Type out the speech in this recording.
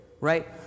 right